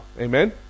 Amen